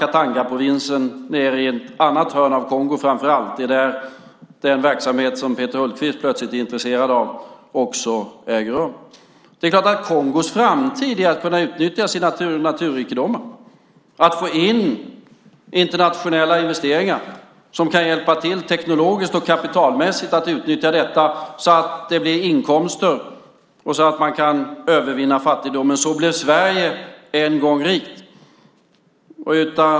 Det gäller framför allt Katangaprovinsen i ett annat hörn av Kongo. Det är där den verksamhet som Peter Hultqvist plötsligt är intresserad av också äger rum. Kongos framtid ligger i att man kan utnyttja sina naturrikedomar och få in internationella investeringar som kan hjälpa till teknologiskt och kapitalmässigt att utnyttja detta så att det blir inkomster och så att man kan övervinna fattigdomen. Så blev Sverige en gång rikt.